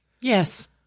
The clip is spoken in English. Yes